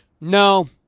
No